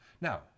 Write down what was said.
Now